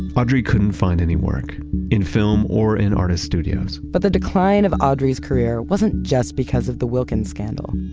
audrey couldn't find any work in film or in artist's studios. but the decline of audrey's career wasn't just because of the wilkins scandal.